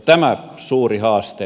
tämä on suuri haaste